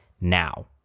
now